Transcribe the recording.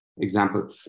example